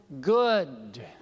good